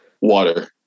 Water